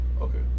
Okay